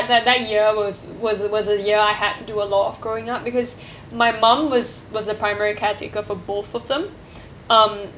that that year was was was a year I had to do a lot of growing up because my mum was was the primary caretaker for both of them um